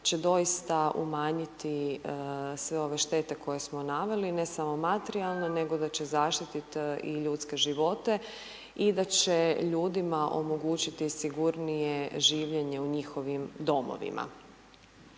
će doista umanjiti sve ove štete koje smo naveli, ne samo materijalne, nego da će zaštiti i ljudske živote i da će ljudima omogućiti i sigurnije življenje u njihovim domovima.